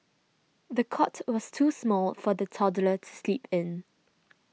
the cot was too small for the toddler to sleep in